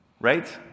right